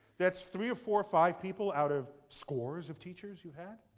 that's three or four or five people out of scores of teachers you had?